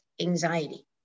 anxiety